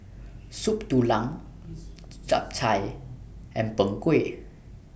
Soup Tulang Chap Chai and Png Kueh